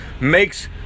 makes